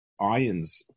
ions